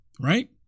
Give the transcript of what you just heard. right